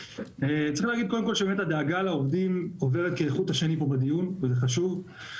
צריך להגיד קודם כל שהדאגה לעובדים עוברת כחוט השני פה בדיון וזה חשוב.